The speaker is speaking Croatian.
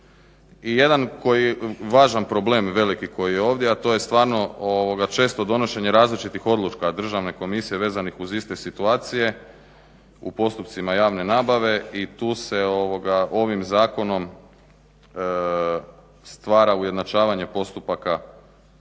je važan problem veliki koji je ovdje a to je stvarno ovoga često donošenje različitih odluka državne komisije vezanih uz iste situacije u postupcima javne nabave i tu se ovim zakonom stvara ujednačavanje postupaka